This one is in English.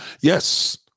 Yes